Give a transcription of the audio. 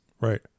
Right